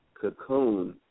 cocoon